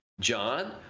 John